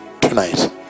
tonight